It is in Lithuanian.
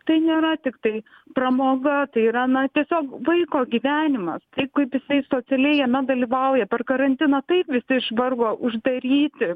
tai nėra tiktai pramoga tai yra na tiesiog vaiko gyvenimas taip kaip jisai socialiai jame dalyvauja per karantiną taip visi išvargo uždaryti